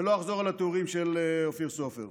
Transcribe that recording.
ולא אחזור על התיאורים של אופיר סופר.